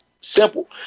simple